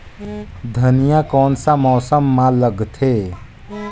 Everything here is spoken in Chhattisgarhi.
धनिया कोन सा मौसम मां लगथे?